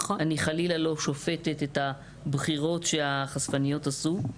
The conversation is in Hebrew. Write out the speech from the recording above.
אני חלילה לא שופטת את הבחירות שהחשפניות עשו.